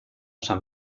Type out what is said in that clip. san